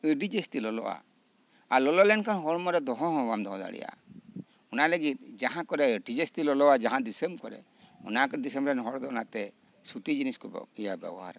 ᱟᱹᱰᱤ ᱡᱟᱹᱥᱛᱤ ᱞᱚᱞᱚᱜᱼᱟ ᱟᱨ ᱞᱚᱞᱚ ᱞᱮᱱᱠᱷᱟᱱ ᱦᱚᱲᱚᱢᱚ ᱨᱮ ᱫᱚᱦᱚ ᱦᱚᱸ ᱵᱟᱢ ᱫᱚᱦᱚ ᱫᱟᱲᱮᱭᱟᱜᱼᱟ ᱚᱱᱟ ᱞᱟᱹᱜᱤᱫ ᱡᱟᱸᱦᱟ ᱠᱚᱨᱮ ᱟᱹᱰᱤ ᱡᱟᱹᱥᱛᱤ ᱞᱚᱞᱚᱭᱟᱜ ᱡᱟᱸᱦᱟ ᱫᱤᱥᱚᱢ ᱠᱚᱨᱮ ᱚᱱᱟᱠᱚᱨᱮᱱ ᱫᱤᱥᱚᱢ ᱨᱮᱱ ᱦᱚᱲ ᱫᱚ ᱚᱱᱟᱛᱮ ᱥᱩᱛᱤ ᱡᱤᱱᱤᱥ ᱵᱮᱵᱚᱦᱟᱨᱟ